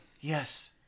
Yes